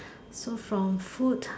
so from food